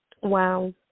Wow